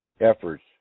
efforts